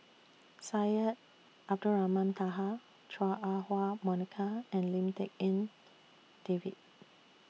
Syed Abdulrahman Taha Chua Ah Huwa Monica and Lim Tik En David